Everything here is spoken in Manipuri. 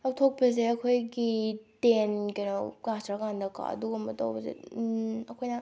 ꯂꯧꯊꯣꯛꯄꯁꯦ ꯑꯩꯈꯣꯏꯒꯤ ꯇꯦꯟ ꯀꯩꯅꯣ ꯑꯗꯨꯒꯨꯝꯕ ꯇꯧꯕꯁꯦ ꯑꯩꯈꯣꯏꯅ